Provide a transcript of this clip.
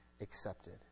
accepted